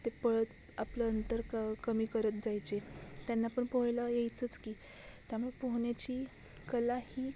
ते पळत आपलं अंतर क कमी करत जायचे त्यांना पण पोहायला यायचंच की त्यामुळे पोहण्याची कला ही